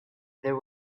there